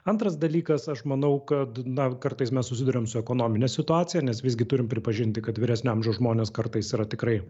antras dalykas aš manau kad na kartais mes susiduriam su ekonomine situacija nes visgi turim pripažinti kad vyresnio amžiaus žmonės kartais yra tikrai